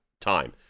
time